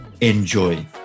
Enjoy